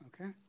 Okay